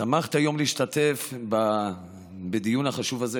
שמחתי היום להשתתף בדיון החשוב הזה.